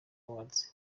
awards